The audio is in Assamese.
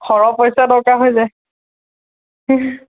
সৰহ পইচা দৰকাৰ হৈ যায়